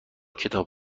کتاب